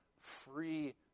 free